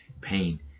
pain